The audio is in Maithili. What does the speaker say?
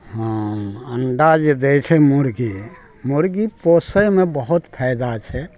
हँ अंडा जे दै छै मुर्गी मुर्गी पोसयमे बहुत फायदा छै